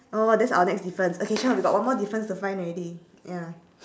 oh that's our next difference okay sher we got one more difference to find already ya